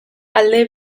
alde